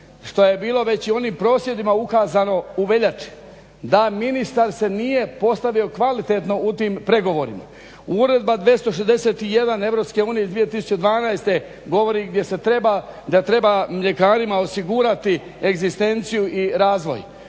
što je bilo već i u onim prosvjedima ukazano u veljači da se ministar nije postavio kvalitetno u tim pregovorima. Uredba 261EU iz 2012.govori da treba mljekarima osigurati egzistenciju i razvoj.